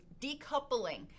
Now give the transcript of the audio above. decoupling